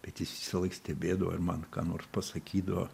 bet jis visąlaik stebėdavo ir man ką nors pasakydavo